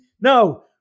No